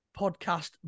podcast